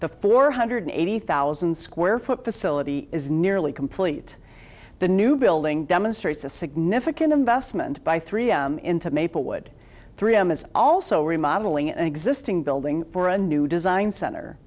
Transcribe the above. the four hundred eighty thousand square foot facility is nearly complete the new building demonstrates a significant investment by three m into maplewood three m is also remodelling an existing building for a new design cent